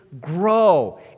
grow